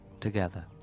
Together